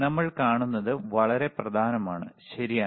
നമ്മൾ കാണുന്നത് വളരെ പ്രധാനമാണ് ശരിയാണ്